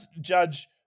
judge